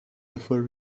before